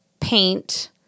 paint